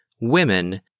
women